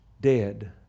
dead